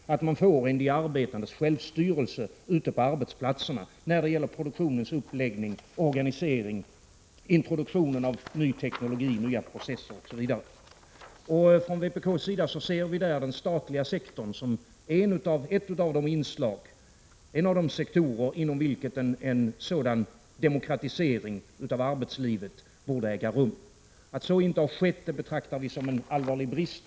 Man måste få en de arbetandes självstyrelse ute på arbetsplatserna när det gäller produktionens uppläggning, organisering, introduktion av ny teknologi, nya processer osv. Från vpk:s sida ser vi i detta sammanhang den statliga sektorn som en av de sektorer inom vilka en sådan demokratisering av arbetslivet borde äga rum. Att så inte har skett betraktar vi som en allvarlig brist.